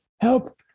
help